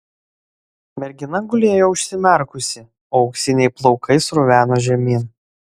mergina gulėjo užsimerkusi o auksiniai plaukai sruveno žemyn